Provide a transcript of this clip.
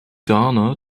dana